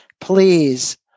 Please